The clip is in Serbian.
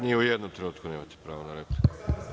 Ni u jednom trenutku nemate pravo na repliku.